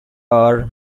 our